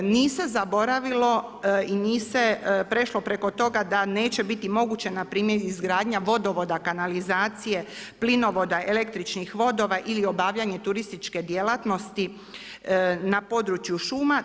Nije se zaboravilo i nije se prešlo preko toga da neće biti moguće na primjer izgradnja vodovoda, kanalizacije, plinovoda, električnih vodova ili obavljanje turističke djelatnosti na području šuma.